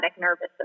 nervous